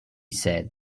said